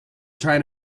trying